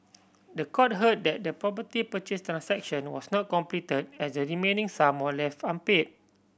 the court heard that the property purchase transaction was not complete as the remaining sum were left unpaid